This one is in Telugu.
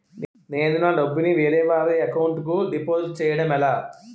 నేను నా డబ్బు ని వేరే వారి అకౌంట్ కు డిపాజిట్చే యడం ఎలా?